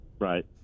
Right